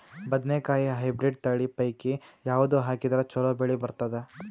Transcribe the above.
ಬದನೆಕಾಯಿ ಹೈಬ್ರಿಡ್ ತಳಿ ಪೈಕಿ ಯಾವದು ಹಾಕಿದರ ಚಲೋ ಬೆಳಿ ಬರತದ?